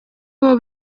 abo